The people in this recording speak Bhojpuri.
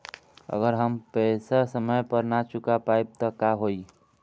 अगर हम पेईसा समय पर ना चुका पाईब त का होई?